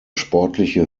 sportliche